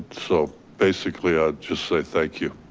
so basically, ah just say thank you.